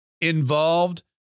involved